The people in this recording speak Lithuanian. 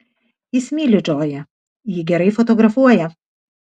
jis myli džoją ji gerai fotografuoja